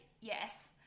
yes